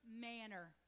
manner